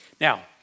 Now